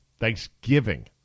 Thanksgiving